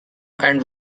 and